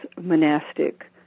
monastic